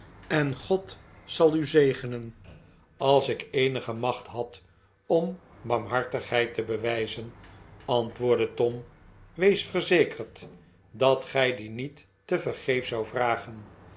en god zal u zegenen als ik eenige macht had om barmhartigheid te bewijzen antwoordde tom wees verzekerd dat gij die niet vergeefs zoudt vragen